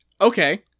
Okay